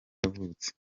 yavutse